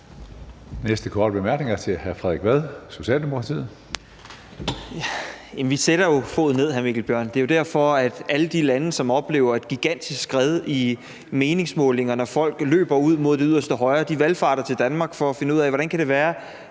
Næste korte bemærkning er til hr. Frederik Vad, Socialdemokratiet. Kl. 17:01 Frederik Vad (S): Vi sætter jo foden ned, hr. Mikkel Bjørn. Det er derfor, at alle de lande, som oplever et gigantisk skred i meningsmålingerne, og at folk løber ud mod det yderste højre, valfarter til Danmark for at finde ud af, hvordan Danmark